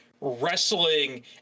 wrestling